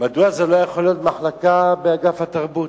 מדוע זה לא יכול להיות מחלקה באגף התרבות?